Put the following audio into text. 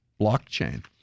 blockchain